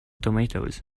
tomatoes